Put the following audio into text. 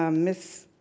um ms.